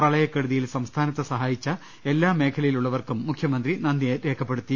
പ്രളയക്കെടുതിയിൽ സംസ്ഥാനത്തെ സഹായിച്ച എല്ലാ മേഖലയിലുള്ളവർക്കും മുഖ്യമന്ത്രി നന്ദി രേഖപ്പെടുത്തി